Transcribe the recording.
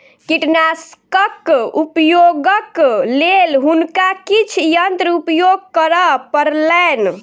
कीटनाशकक उपयोगक लेल हुनका किछ यंत्र उपयोग करअ पड़लैन